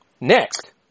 Next